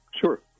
Sure